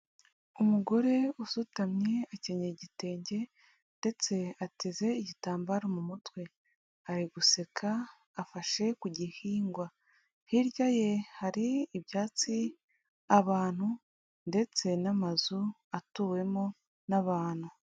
Umugore usutamye akenyeye igitenge, ndetse ateze igitambaro mu mutwe, ari guseka afashe ku gihingwa, hirya ye hari ibyatsi, abantu ndetse n'amazu atuwemo n'abantu.